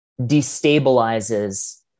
destabilizes